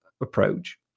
approach